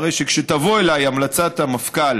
הרי שכשתבוא אליי המלצת המפכ"ל